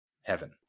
heaven